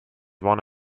one